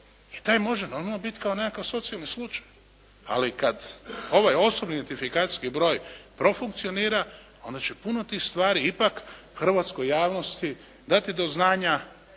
i taj može normalno biti kao nekakav socijalni slučaj. Ali kada ovaj osobni identifikacijski broj profunkcionira onda će puno tih stvari ipak hrvatskoj javnosti dati do znanja